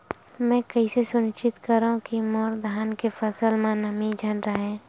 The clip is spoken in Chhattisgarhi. मैं कइसे सुनिश्चित करव कि मोर धान के फसल म नमी झन रहे?